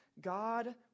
God